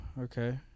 Okay